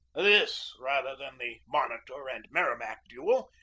this, rather than the monitor and merrimac duel,